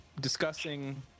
discussing